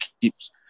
keeps